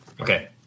Okay